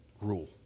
rule